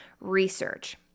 research